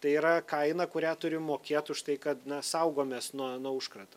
tai yra kaina kurią turim mokėt už tai kad na saugomės nuo nuo užkrato